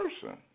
person